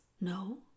No